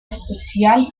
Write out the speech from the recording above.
especial